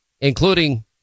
including